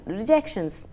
rejections